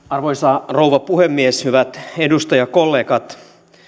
arvoisa rouva puhemies hyvät edustajakollegat